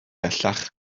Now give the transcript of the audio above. bellach